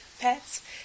pets